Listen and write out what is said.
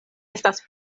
estas